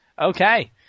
Okay